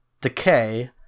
Decay